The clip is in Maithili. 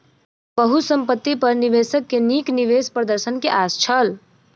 बहुसंपत्ति पर निवेशक के नीक निवेश प्रदर्शन के आस छल